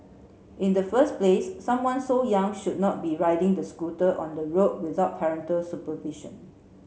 in the first place someone so young should not be riding the scooter on the road without parental supervision